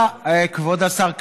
כבוד השר כץ,